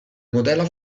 modella